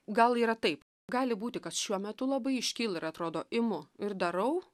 gal yra taip gali būti kad šiuo metu labai iškyla ir atrodo imu ir darau